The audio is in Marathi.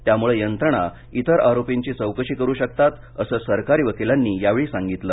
त्यामुळे यंत्रणा इतर आरोपींची चौकशी करू शकतात असं सरकारी वकिलांनी यावेळी सांगितलं